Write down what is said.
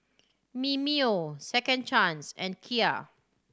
Mimeo Second Chance and Kia